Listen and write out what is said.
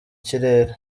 kirere